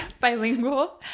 Bilingual